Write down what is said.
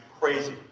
crazy